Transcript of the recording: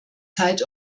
zeit